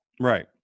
right